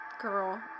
Girl